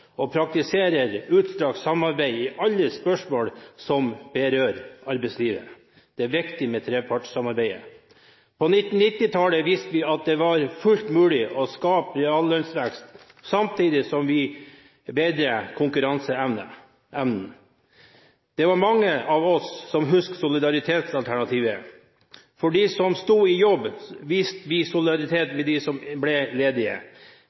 praktiserer utstrakt samarbeid i alle spørsmål som berører arbeidslivet. Det er viktig med trepartssamarbeidet. På 1990-tallet viste vi at det var fullt mulig å skape reallønnsvekst samtidig som vi bedret konkurranseevnen. Det var mange av oss som husket solidaritetsalternativet, der vi som sto i jobb, viste solidaritet med dem som ble ledige.